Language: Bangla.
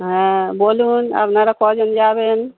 হ্যাঁ বলুন আপনারা কয়জন যাবেন